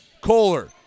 Kohler